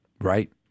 Right